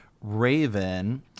Raven